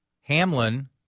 Hamlin